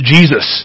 Jesus